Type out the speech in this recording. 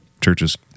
churches